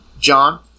John